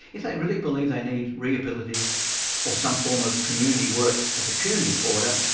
if they really believe they need rehabilitative or some form of community work as a punitive order,